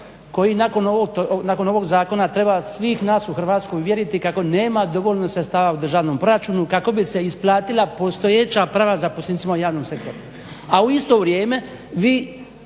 koji nakon ovog zakona treba svih nas u Hrvatskoj uvjeriti kako nema dovoljno sredstava u državnom proračunu kako bi se isplatila postojeća prava zaposlenicima u javnom sektoru, a u isto vrijeme vi